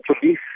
police